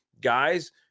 guys